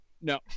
no